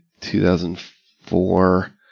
2004